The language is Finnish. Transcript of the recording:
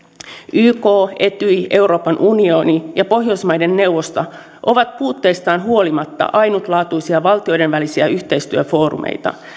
yk etyj euroopan unioni ja pohjoismaiden neuvosto ovat puutteistaan huolimatta ainutlaatuisia valtioiden välisiä yhteistyöfoorumeita